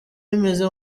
bimeze